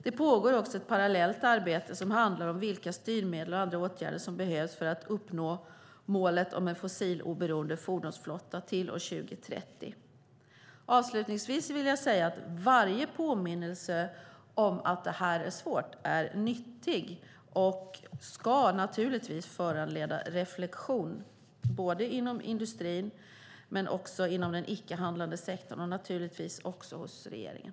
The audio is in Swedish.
Det pågår också ett parallellt arbete som handlar om vilka styrmedel och andra åtgärder som behövs för att uppnå målet om en fossiloberoende fordonsflotta till år 2030. Avslutningsvis vill jag säga att varje påminnelse om att det här är svårt är nyttig och ska naturligtvis föranleda reflexion inom både industrin och den icke-handlande sektorn och naturligtvis också hos regeringen.